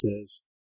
says